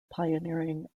pioneering